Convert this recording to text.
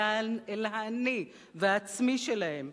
אל האני והעצמי שלהם,